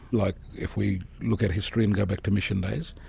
like if we look at history and go back to mission days,